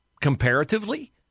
comparatively